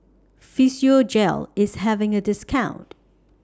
Physiogel IS having A discount